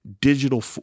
digital